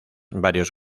varios